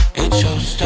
it shows